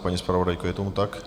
Paní zpravodajko, je tomu tak?